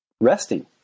resting